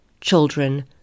children